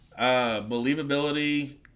believability